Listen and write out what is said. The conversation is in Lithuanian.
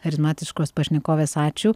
charizmatiškos pašnekovės ačiū